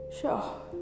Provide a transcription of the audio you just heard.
Sure